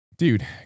Dude